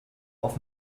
auf